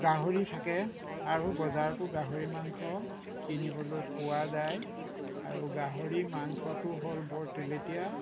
গাহৰি থাকে আৰু বজাৰতো গাহৰি মাংস কিনিবলৈ পোৱা যায় আৰু গাহৰি মাংসটো হ'ল বৰ তেলেতীয়া